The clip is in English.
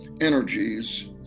energies